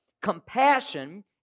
Compassion